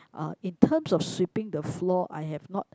uh in terms of sweeping the floor I have not